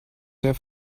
sehr